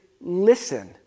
listen